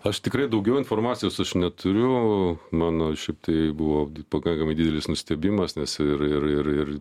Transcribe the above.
aš tikrai daugiau informacijos aš neturiu mano šiaip tai buvo pakankamai didelis nustebimas nes ir ir ir ir